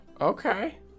Okay